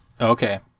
Okay